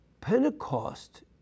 Pentecost